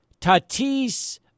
Tatis